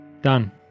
Done